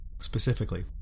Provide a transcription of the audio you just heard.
specifically